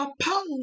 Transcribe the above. opposed